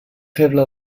feble